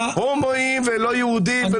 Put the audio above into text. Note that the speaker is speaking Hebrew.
הומואים ולא יהודים.